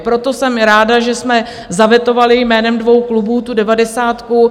Proto jsem ráda, že jsme zavetovali jménem dvou klubů tu devadesátku.